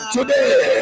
Today